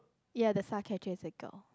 ya the star catcher is a girl